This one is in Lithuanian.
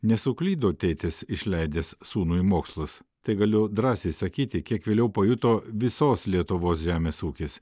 nesuklydo tėtis išleidęs sūnų į mokslus tai galiu drąsiai sakyti kiek vėliau pajuto visos lietuvos žemės ūkis